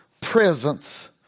presence